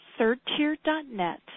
thirdtier.net